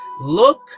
look